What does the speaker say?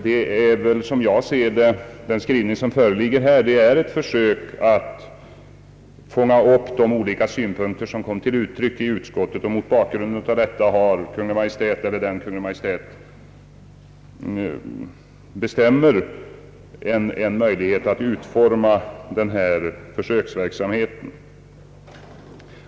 Den skrivning som utskottet har gjort är, som jag ser det, ett försök att fånga upp de olika synpunkter som har kommit till uttryck i motioner och inom utskottet. Mot bakgrunden av detta har Kungl. Maj:t eller den Kungl. Maj:t därtill utser möjlighet att utforma försöksverksamheten.